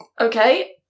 Okay